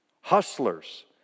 hustlers